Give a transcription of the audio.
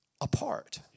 apart